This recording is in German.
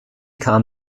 kam